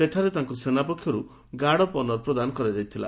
ସେଠାରେ ତାଙ୍କୁ ସେନା ପକ୍ଷରୁ ଗାର୍ଡ ଅଫ୍ ଅନର ପ୍ରଦାନ କରାଯାଇଥିଲା